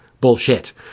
Bullshit